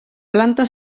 planta